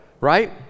right